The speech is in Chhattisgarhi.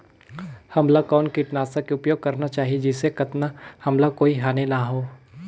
हमला कौन किटनाशक के उपयोग करन चाही जिसे कतना हमला कोई हानि न हो?